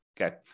okay